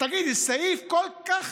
תגיד לי, סעיף כל כך